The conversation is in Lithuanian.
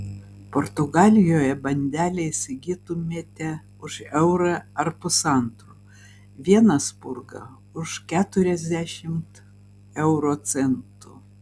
portugalijoje bandelę įsigytumėte už eurą ar pusantro vieną spurgą už keturiasdešimt euro centų